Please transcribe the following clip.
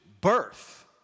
birth